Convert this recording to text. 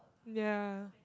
ya